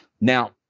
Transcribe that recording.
Now